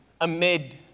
amid